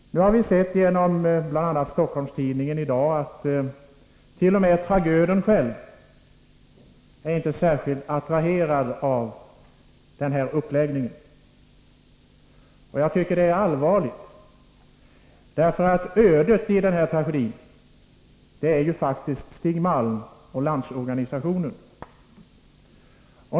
I dagens nummer av Stockholms-Tidningen har vi t.o.m. sett hur tragöden själv inte är särskilt attraherad av den här uppläggningen. Det tycker jag är allvarligt, därför att ödet i denna tragedi är faktiskt Stig Malm och Landsorganisationen.